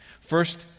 first